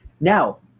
Now